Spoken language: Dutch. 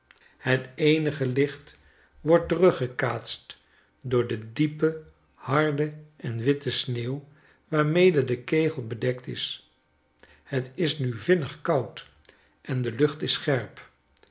het eenige licht wordt teruggekaatst door de diepe harde en witte sneeuw waarmede de kegel bedekt is het is nu vinnig koud en de lucht is scherp